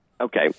Okay